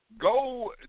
go